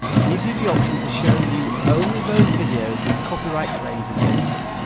gives you the option to show you only those videos with copyright claims against them.